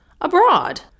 Abroad